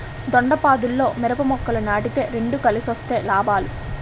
దొండపాదుల్లో మిరప మొక్కలు నాటితే రెండు కలిసొస్తే లాభాలు